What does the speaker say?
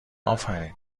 آفرین